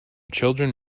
children